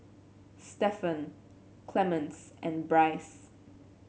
Stephen Clemens and Bryce